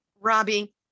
Robbie